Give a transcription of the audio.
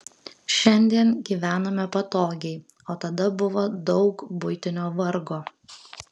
šiandien gyvename patogiai o tada buvo daug buitinio vargo